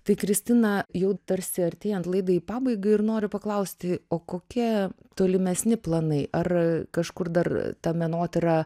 tai kristina jau tarsi artėjant laidai į pabaigą ir noriu paklausti o kokie tolimesni planai ar kažkur dar ta menotyra